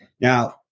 Now